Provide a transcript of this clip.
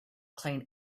clean